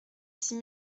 six